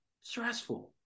Stressful